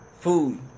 Food